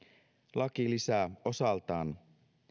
laki lisää osaltaan